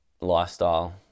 lifestyle